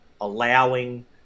allowing